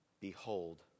Behold